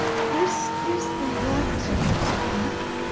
this is the right back.